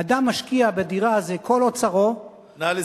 אדם משקיע בדירה, זה כל אוצרו, נא לסיים.